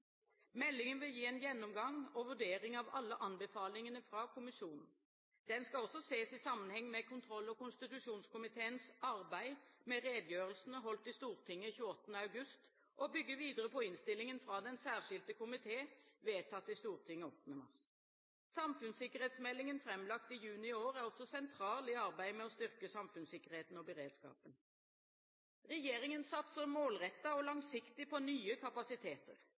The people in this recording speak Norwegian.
Meldingen vil gi en gjennomgang og vurdering av alle anbefalingene fra kommisjonen. Den skal også ses i sammenheng med kontroll- og konstitusjonskomiteens arbeid med redegjørelsene holdt i Stortinget 28. august, og bygge videre på innstillingen fra Den særskilte komité, vedtatt i Stortinget 8. mars. Samfunnssikkerhetsmeldingen framlagt i juni i år er også sentral i arbeidet med å styrke samfunnssikkerheten og beredskapen. Regjeringen satser målrettet og langsiktig på nye kapasiteter.